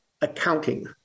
accounting